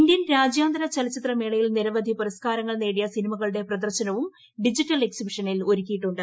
Indian രാജ്യാന്തര ചലച്ചിത്രമേളയിൽ നിരവധി പുരസ്കാരങ്ങൾ നേടിയ സിനിമകളുടെ പ്രദർശനവും ഡിജിറ്റൽ എക്സിബിഷനിൽ ഒരുക്കിയിട്ടുണ്ട്